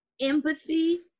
empathy